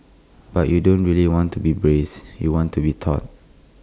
but you don't really want to be braced you want to be taut